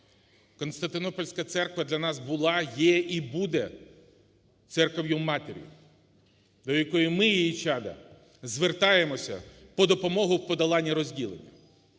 Константинопольська Церква для нас була, є і буде Церков'ю-матір'ю, до якої ми, її чада, звертаємося по допомогу в подоланні розділення,